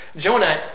Jonah